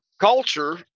culture